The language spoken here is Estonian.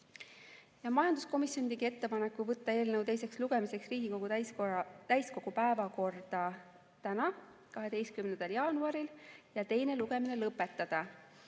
Majanduskomisjon tegi ettepaneku võtta eelnõu teiseks lugemiseks Riigikogu täiskogu päevakorda tänaseks, 12. jaanuariks ja teine lugemine lõpetada.